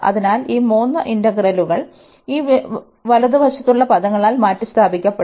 അതിനാൽ ഈ മൂന്ന് ഇന്റഗ്രലുകൾ ഈ വലതുവശത്തുള്ള പദങ്ങളാൽ മാറ്റിസ്ഥാപിക്കപ്പെടും